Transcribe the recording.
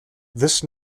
this